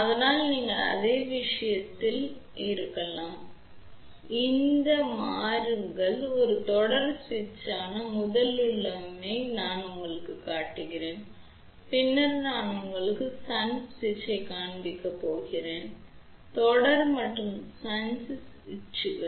அதனால்அதாவது நீங்கள் அதே விஷயத்தில் அல்லது முடக்கு இங்கே மாறுங்கள் ஒரு தொடர் சுவிட்சான முதல் உள்ளமைவை நாங்கள் உங்களுக்குக் காண்பிக்கிறோம் பின்னர் நான் உங்களுக்கு ஷன்ட் சுவிட்சைக் காண்பிக்கப் போகிறேன் பின்னர் தொடர் மற்றும் ஷன்ட் சுவிட்சுகள் சரி